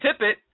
Tippett